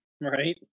Right